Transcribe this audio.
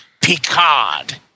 Picard